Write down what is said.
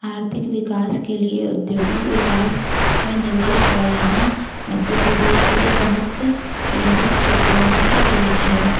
आर्थिक विकास के लिए औद्योगिक विकास में निवेश बढ़ाना मध्य प्रदेश के लिए प्रमुख केंद्रित क्षेत्रों में से एक है